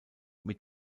mit